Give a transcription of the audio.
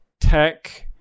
tech